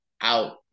out